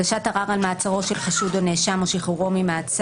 הגשת ערר על מעצרו של החשוד או הנאשם בעבירת מין או על שחרורו ממעצר,